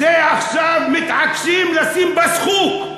עכשיו מתעקשים לשים בה סחוג,